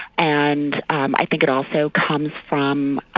and um i think it also comes from,